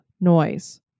noise